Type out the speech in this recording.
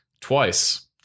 twice